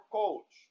coach